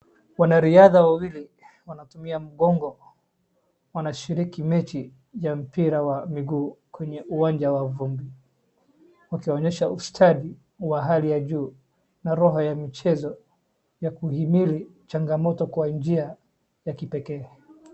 Wanariadha wawili wanatumia mgongo wanashiriki mechi ya mpira wa miguu kwenye uwanja wa vumbi wakionyesha ustadi wa hali ya juu na roho ya michezo ya kuhimili changamoto kwa njia ya kipekee.